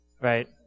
Right